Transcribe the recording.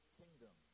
kingdom